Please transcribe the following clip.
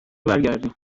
برگردیم